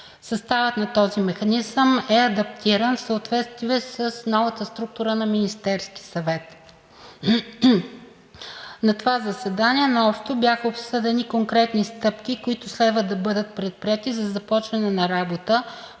Съставът на този механизъм е адаптиран в съответствие с новата структура на Министерския съвет. На това заседание най-общо бяха обсъдени конкретни стъпки, които следва да бъдат предприети за започване на работа